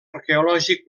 arqueològic